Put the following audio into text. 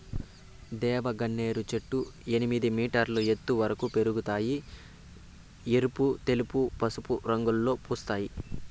దేవగన్నేరు చెట్లు ఎనిమిది మీటర్ల ఎత్తు వరకు పెరగుతాయి, ఎరుపు, తెలుపు, పసుపు రంగులలో పూస్తాయి